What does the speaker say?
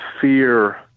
fear